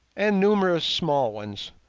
and numerous small ones,